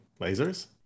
lasers